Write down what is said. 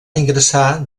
ingressar